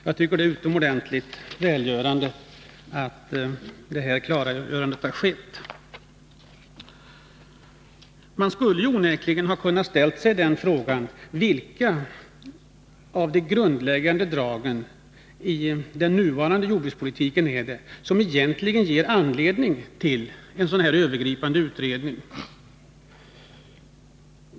Jag tycker att det är utomordentligt välgörande att detta klargörande har skett. Man skulle onekligen ha kunnat ställa sig frågan: Vilka av de grundläggande dragen i den nuvarande jordbrukspolitiken är det som gett anledning till en sådan här övegripande utredning?